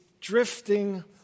drifting